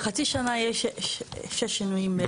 בחצי שנה יש שישה שינויים.